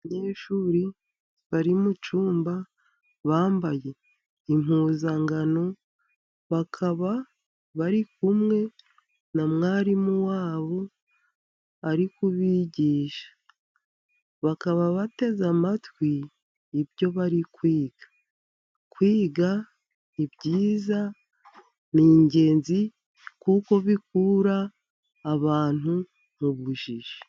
Abanyeshuri bari mu cyumba bambaye impuzankano, bakaba bari kumwe na mwarimu wabo, ari kubigisha bakaba bateze amatwi ibyo bari kwiga, kwiga ni byiza ni ingenzi kuko bikura abantu mu bujiji.